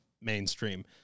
mainstream